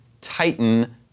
Titan